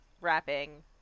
rapping